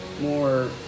More